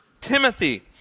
Timothy